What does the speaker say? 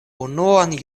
unuan